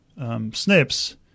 SNPs